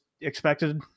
expected